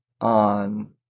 on